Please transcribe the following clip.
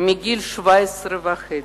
מגיל 17 וחצי.